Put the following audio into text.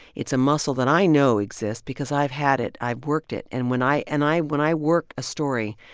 it's a muscle that i know exists because i've had it. i've worked it. and when i and i when i work a story,